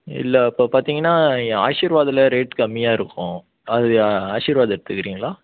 இல்லை அப்போது பார்த்திங்கனா ஆஷிர்வாத்துல ரேட் கம்மியாக இருக்கும் அது ஆஷிர்வாத் எடுத்துக்குறீங்களா